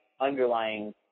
underlying